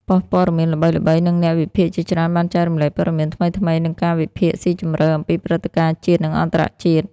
ប៉ុស្តិ៍ព័ត៌មានល្បីៗ និងអ្នកវិភាគជាច្រើនបានចែករំលែកព័ត៌មានថ្មីៗ និងការវិភាគស៊ីជម្រៅអំពីព្រឹត្តិការណ៍ជាតិ និងអន្តរជាតិ។